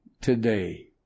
today